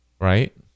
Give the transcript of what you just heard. Right